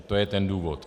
To je ten důvod.